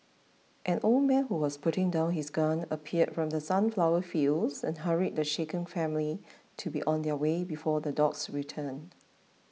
an old man who was putting down his gun appeared from the sunflower fields and hurried the shaken family to be on their way before the dogs return